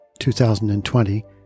2020